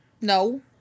No